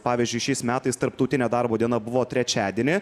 pavyzdžiui šiais metais tarptautinė darbo diena buvo trečiadienį